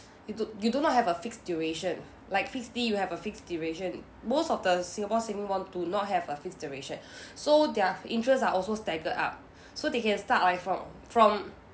you do you do not have a fixed duration like fixed D you have a fixed duration most of the singapore saving bond do not have a fixed duration so their interests are also staggered up so they can start like from from